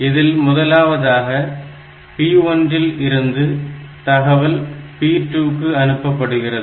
இதில் முதலாவதாக P1 இல் இருந்து தகவல் P2 க்கு அனுப்பப்படுகிறது